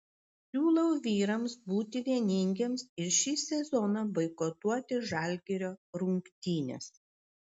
siūlau vyrams būti vieningiems ir šį sezoną boikotuoti žalgirio rungtynes